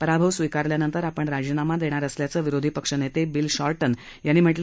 पराभव स्वीकारल्यानंतर ापण राजीनामा देणार असल्याचं विरोधी पक्षनेते बील शॉटंन यांनी सांगितलं